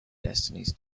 destinies